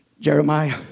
Jeremiah